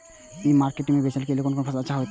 ई market में बेचेक लेल कोन फसल अच्छा होयत?